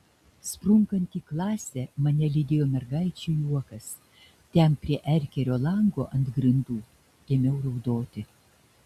sprunkant į klasę mane lydėjo mergaičių juokas ten prie erkerio lango ant grindų ėmiau raudoti